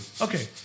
Okay